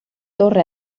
torre